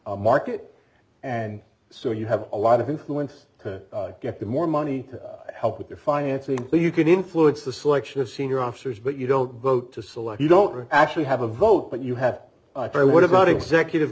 e market and so you have a lot of influence to get the more money to help with your financing or you can influence the selection of senior officers but you don't vote to select you don't actually have a vote but you have a what about executive